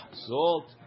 salt